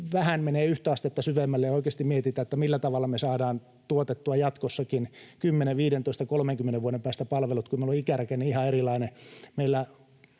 vähän yhtä astetta syvemmälle ja oikeasti mietitään, millä tavalla me saadaan tuotettua jatkossakin, 10,15 ja 30 vuoden päästä, palvelut, kun meillä ikärakenne on ihan erilainen. Meille